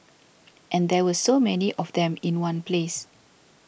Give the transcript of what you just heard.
and there were so many of them in one place